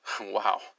Wow